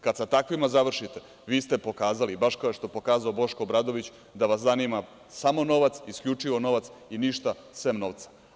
Kad sa takvima završite, vi ste pokazali, baš kao što je pokazao Boško Obradović, da vas zanima samo novac, isključivo novac i ništa sem novca.